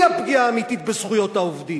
היא הפגיעה האמיתית בזכויות העובדים.